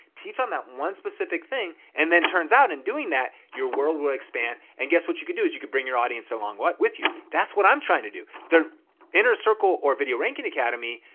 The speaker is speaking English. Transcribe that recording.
teach on that one specific thing and then turns out in doing that, your world will expand. and guess what you could do? is you could bring your audience along with you. that's what i'm trying to do. the inner circle or video ranking academy,